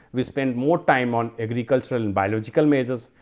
we spend more time on agricultural and biological measures,